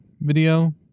video